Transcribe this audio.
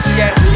yes